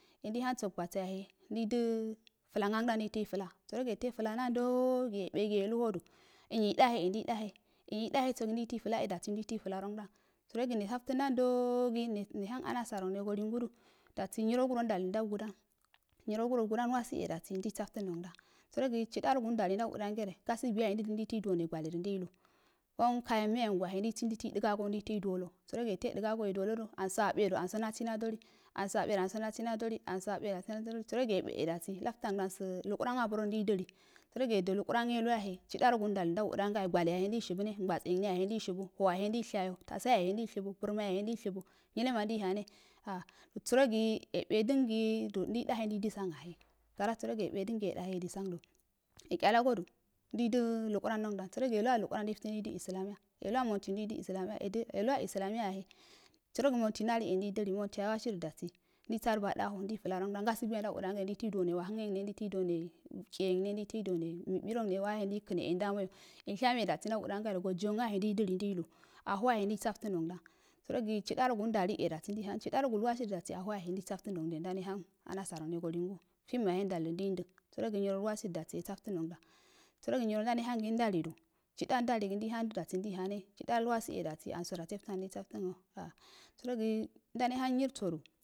Rendei hargbakwaboye ha ndai də flan angdan ndeifto fla sərogi yeto ye fla nadogi yaɓegi yeluhodu yen yai ɗahe e ndai dahesogi ndeito fla e dasi ndei toi flaro ndang sərogi nesaftən nadogi nehamg amousa rongneɗo lingudu dasi nywogu ndali e ndaugədani nyirogugədan iwasi e dasi andeisaftən nongidang sərogi chiedarogu ndalli e ndau dədangere gasugu yahe ndeidimi ndeito duwone gwaledu ndeilu wang karyan miyayen guwahe ndeisi ndeito dəgogo nedetoi duwallo sərogi yeto e dəgago yeduwolodo anso aɓedu ambo nasi nadoli aɓedu anbo nasi nadoli amse aɓedu amso nasi nadol bəregi yaɓe e dasi laftəangdansə lukuwam abro e ndei. dili sərogi yedə lukuran yeluw ahe chidarəgu ndali e ndau dədangayo gwale yahe ndei shibune ngwatse yengne yahe uslei shiba howahe ndei shayo tasaye yahe ndaushibu birima yahe ndeishubu bnyilema ndeihamma a sərogi yaɓe dəngi ndei dahe ndie disanwa he gona sərogi yabedə gi yeɗahe ndei disandu yetchalagdu ndei də lukuranongdan yelua lukuran ndei iftehai də islamiya yeluwa manli ndeidə uslanya yedə yeluwa usla miya yahe sərogi monji nali e ndei dili mont awasidu dasi ndei saduguɗa aho ndei flarangdan gasugui yahe ndau dədanga ndito duwone wahəngengne tchiyengn nditu duwone tchiyegne nduitoi duwone mɓirongne walagahe ndei kəne yendameyo yenshameyo e ndau dədanga golgiyonga yahe ndu dililu a howu he ndeisaftənongdang sərogi chidarongu ndali e dasi ndai haəm chidarogul wasi aho wahe ndeisaftənrong ne ndome anasaron gngo lungu filmwa he ndallidu ndaində sərogi nuyrolwasi dasi ndeisaftən rondan sərogi nyirənondane han ndalidu dasi ndaihane chidalwasi e dasi ansoda seftən gne nesaftən a sərogi ndane hang nyirsadu,